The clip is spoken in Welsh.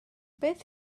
beth